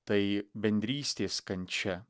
tai bendrystės kančia